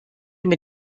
mit